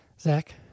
Zach